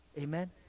Amen